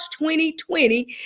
2020